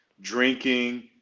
drinking